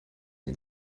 den